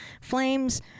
Flames